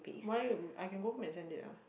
why I can go home and send it ah